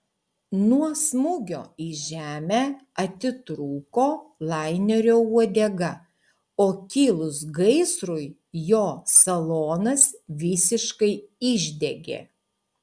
nuo smūgio į žemę atitrūko lainerio uodega o kilus gaisrui jo salonas visiškai išdegė